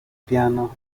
piano